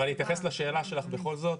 אבל אני אתייחס לשאלה שלך בכל זאת,